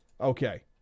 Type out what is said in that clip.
okay